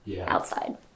outside